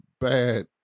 bad